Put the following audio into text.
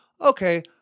okay